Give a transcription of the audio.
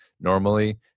normally